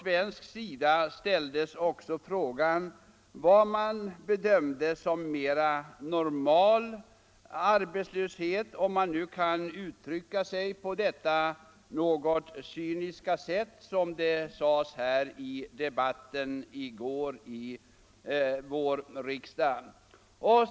Vi frågade också vad man bedömde som mer normal arbetslöshet — om jag får uttrycka mig på detta något cyniska sätt, som det sades här i kammaren i går.